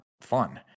fun